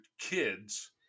kids